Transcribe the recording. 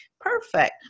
perfect